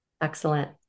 Excellent